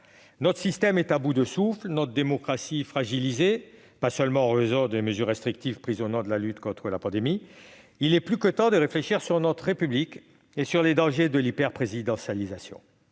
Notre système est à bout de souffle, notre démocratie fragilisée, pas seulement en raison des mesures restrictives prises au nom de la lutte contre la pandémie. Il est donc plus que temps de réfléchir sur notre République et sur les dangers de l'hyperprésidentialisation.